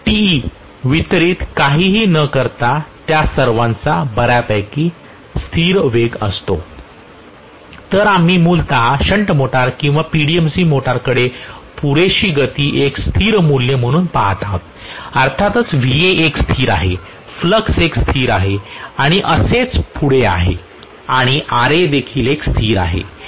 Te वितरित काहीही न करता त्या सर्वांचा बऱ्यापैकी स्थिर वेग असतो तर आम्ही मूलत शंट मोटर किंवा PDMC मोटारकडे पुरेशी गती एक स्थिर मूल्य म्हणून पहात आहोत अर्थातच Va एक स्थिर आहे फ्लक्स एक स्थिर आहे आणि असेच पुढे आहे आणि Ra देखील एक स्थिर आहे